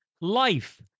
life